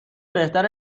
بهتر